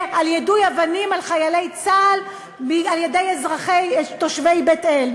יהיה יידוי אבנים בחיילי צה"ל על-ידי אזרחים תושבי בית-אל.